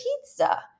pizza